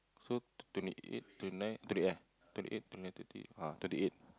so twenty eight twenty nine twenty eh twenty eight twenty nine thirty ah thirty eight